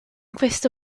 questo